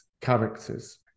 characters